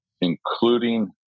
including